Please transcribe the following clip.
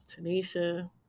Tanisha